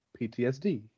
PTSD